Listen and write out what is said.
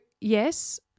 yes